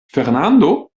fernando